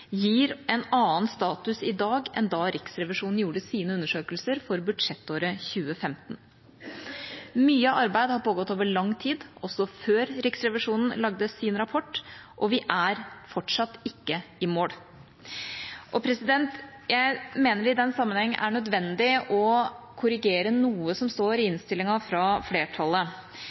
gir en annen status i dag enn da Riksrevisjonen gjorde sine undersøkelser for budsjettåret 2015. Mye arbeid har pågått over lang tid, også før Riksrevisjonen lagde sin rapport, og vi er fortsatt ikke i mål. Jeg mener det i den sammenheng er nødvendig å korrigere noe som står i innstillinga fra flertallet.